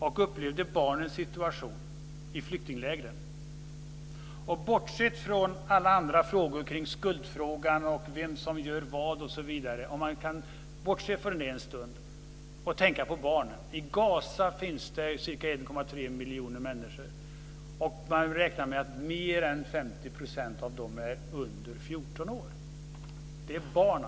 Vi upplevde barnens situation i flyktinglägren. Bortse från alla andra frågor kring skuld och vem som gör vad osv., och tänk i stället på barnen. I Gaza finns det ca 1,3 miljoner människor. Man räknar med att mer än 50 % av dem är under 14 år. Det är barn.